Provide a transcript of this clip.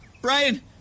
Brian